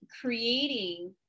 creating